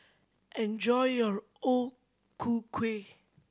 enjoy your O Ku Kueh